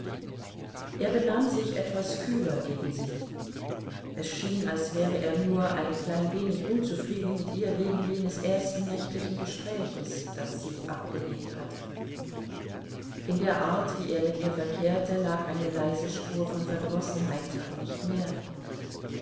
er benahm sich etwas kühler gegen sie es schien als wäre er nur ein klein wenig unzufrieden mit ihr wegen jenes ersten nächtlichen gespräches das sie abgelehnt hatte in der art wie er mit ihr verkehrte lag eine leise spur von verdrossenheit aber nicht mehr